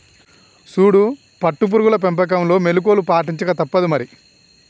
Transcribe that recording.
సూడు పట్టు పురుగుల పెంపకంలో మెళుకువలు పాటించక తప్పుదు మరి